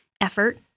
effort